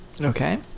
okay